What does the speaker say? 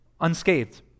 unscathed